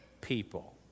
people